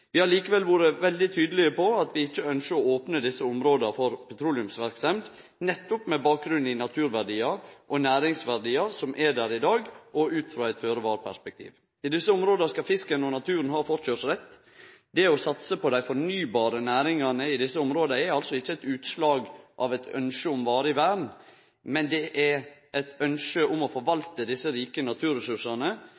Vi har likevel vore veldig tydelege på at vi ikkje ynskjer å opne desse områda for petroleumsverksemd, nettopp med bakgrunn i naturverdiar og næringsverdiar som er der i dag, og ut frå eit føre-var-perspektiv. I desse områda skal fisken og naturen ha forkjørsrett. Det å satse på dei fornybare næringane i desse områda er altså ikkje eit utslag av eit ynske om varig vern, men det er eit ynske om å